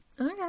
Okay